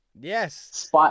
Yes